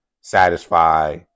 satisfy